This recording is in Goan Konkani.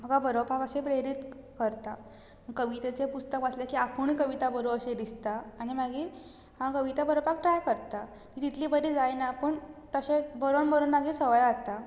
म्हाका बरोवपाक अशें प्रेरीत करता कविताचें पुस्तक वाचलें की आपूणय कविता बरोवचें अशें दिसता आनी मागीर हांव कविता बरोवपाक ट्राय करता तितली बरी जायना पूण तशें बरोवन बरोवन मागीर सवंय जाता